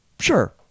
sure